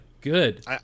Good